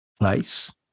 place